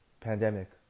pandemic